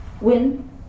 win